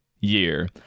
year